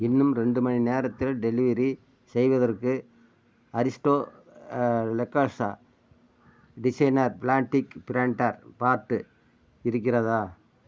இன்னும் ரெண்டு மணி நேரத்தில் டெலிவெரி செய்வதற்கு அரிஸ்டோ லெக்காஷா டிசைனர் ப்ளாண்ட்டிக் ப்ராண்டர் பார்ட்டு இருக்கிறதா